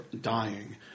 dying